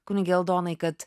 kunige aldonai kad